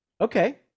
okay